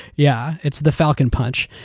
yeah it's the falcon punch.